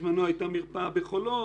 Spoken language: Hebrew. בזמנו הייתה מרפאה בחולות,